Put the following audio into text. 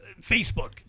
Facebook